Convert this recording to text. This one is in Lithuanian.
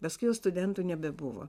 paskui jau studentų nebebuvo